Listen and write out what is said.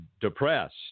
depressed